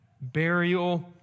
burial